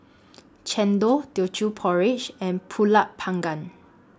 Chendol Teochew Porridge and Pulut Panggang